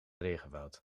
regenwoud